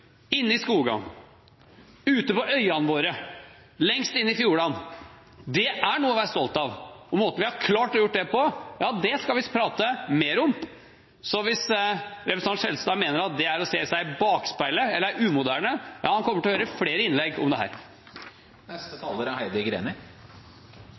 noe å være stolt av, og måten vi har klart å gjøre det på, skal vi prate mer om. Hvis representanten Skjelstad mener at det er å se seg i bakspeilet eller er umoderne, kommer han til å høre flere innlegg om dette. Etter å hørt på Fremskrittspartiets representanter her